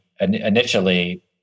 initially